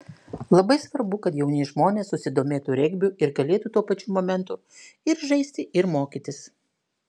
labai svarbu kad jauni žmonės susidomėtų regbiu ir galėtų tuo pačiu momentu ir žaisti ir mokytis